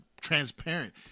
transparent